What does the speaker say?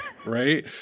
Right